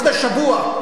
לפני שבוע.